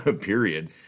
period